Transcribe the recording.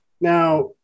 now